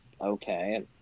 okay